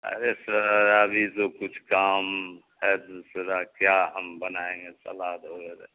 ارے sir ابھی تو کچھ کام ہے دوسرا کیا ہم بنائیں گے سلاد وغیرہ